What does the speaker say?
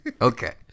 Okay